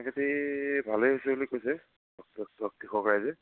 খেতি ভালেই হৈছে বুলি কৈছে কৃষক ৰাইজে